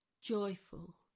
joyful